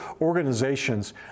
organizations